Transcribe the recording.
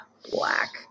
Black